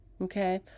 okay